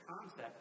concept